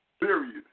Serious